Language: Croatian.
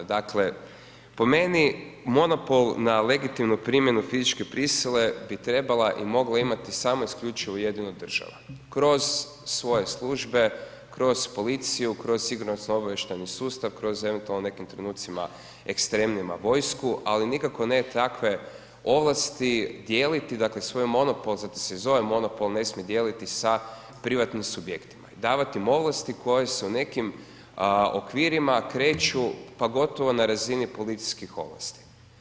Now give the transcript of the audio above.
Dakle, po meni monopol na legitimnu promjeni fizičke prisile bi trebala i mogla imati samo isključivo i jedino država kroz svoje službe, kroz policiju, kroz sigurno-obavještajni sustav, kroz eventualno u nekim trenucima ekstremnima vojsku ali nikako ne takve ovlasti dijeliti dakle svoj monopol, zato se i zove monopol ne smije dijeliti sa privatnim subjektima, davati im ovlasti koje se u nekim okvirima kreću pa gotovo na razini policijskih ovlasti.